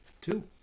Two